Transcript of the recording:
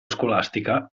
scolastica